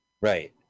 Right